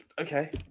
okay